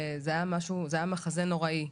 זה היה מחזה נוראי.